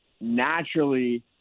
naturally